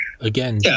Again